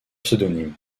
pseudonymes